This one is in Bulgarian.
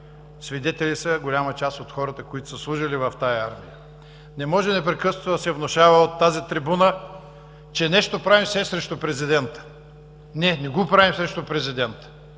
Свидетели са голяма част от хората, които са служили в тази армия. Не може непрекъснато да се внушава от тази трибуна, че нещо правим все срещу президента. Не, не го правим срещу президента.